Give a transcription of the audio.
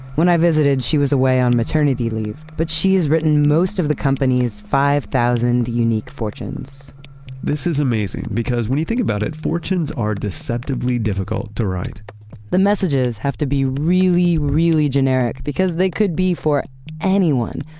when i visited, she was away on maternity leave, but she has written most of the company's five thousand unique fortunes this is amazing because when you think about it, fortunes are deceptively difficult to write the messages have to be really, really generic because they could be for anyone.